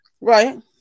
Right